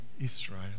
Israel